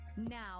Now